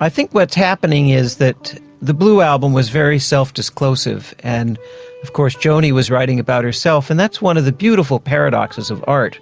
i think what's happening is that the blue album was very self-disclosing, and of course joni was writing about herself, and that's one of the beautiful paradoxes of art,